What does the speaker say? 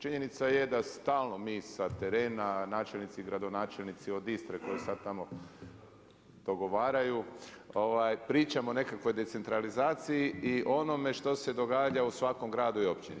Činjenica je da stalno mi sa terena načelnici, gradonačelnici od Istre koji sada tamo dogovaraju, pričamo o nekakvoj decentralizaciji i onome što se događa u svakom gradu i općini.